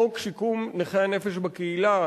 חוק שיקום נכי הנפש בקהילה,